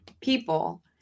people